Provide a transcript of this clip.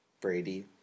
Brady